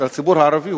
בשביל הציבור הערבי,